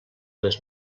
les